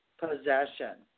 possession